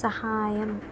సహాయం